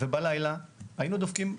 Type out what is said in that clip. ובלילה היינו דופקים,